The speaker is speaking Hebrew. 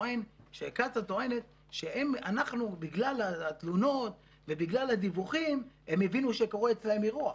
קצא"א טוענת שבגלל התלונות ובגלל הדיווחים הם הבינו שקורה אצלם אירוע.